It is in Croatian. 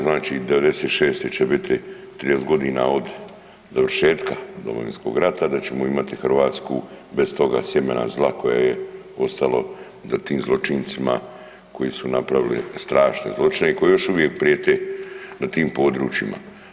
Znači … [[ne razumije se]] će biti 30 godina od završetka Domovinskog rata da ćemo imati Hrvatsku bez toga sjemena zla koje je ostalo za tim zločincima koji su napravili strašne zločine i koji još uvijek prijete na tim područjima.